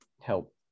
help